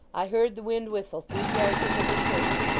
i heard the wind whistle through the arches of the church.